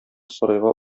сарайга